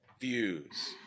views